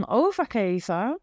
overgeven